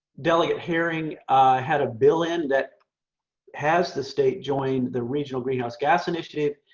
delegate herring had a bill in that has the state join the regional greenhouse gas initiative.